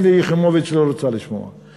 שלי יחימוביץ לא רוצה לשמוע.